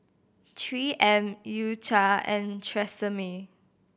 Three M U Cha and Tresemme